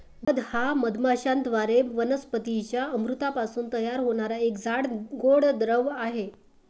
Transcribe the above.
मध हा मधमाश्यांद्वारे वनस्पतीं च्या अमृतापासून तयार होणारा एक जाड, गोड द्रव आहे